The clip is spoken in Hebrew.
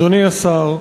אדוני השר,